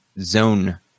zone